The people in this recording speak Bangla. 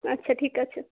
আচ্ছা ঠিক আছে